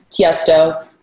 Tiesto